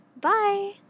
bye